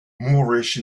moorish